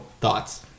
Thoughts